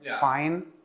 fine